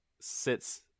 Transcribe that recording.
sits